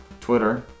Twitter